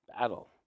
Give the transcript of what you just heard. battle